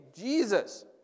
jesus